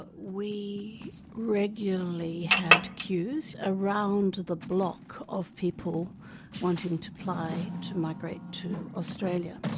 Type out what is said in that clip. but we regularly had queues around the block of people wanting to apply to migrate to australia.